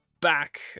back